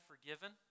forgiven